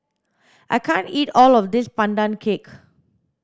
I can't eat all of this pandan cake